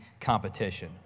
competition